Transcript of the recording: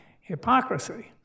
hypocrisy